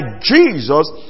Jesus